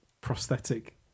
prosthetic